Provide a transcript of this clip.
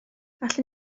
allwn